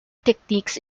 techniques